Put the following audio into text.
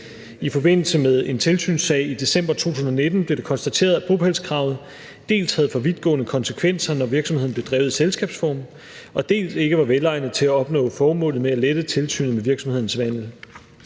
I forbindelse med en tilsynssag i december 2019 blev det konstateret, at bopælskravet dels havde for vidtgående konsekvenser, når virksomheden blev drevet i selskabsform, dels ikke var velegnet til at opnå formålet med at lette tilsynet med virksomhedens vandel.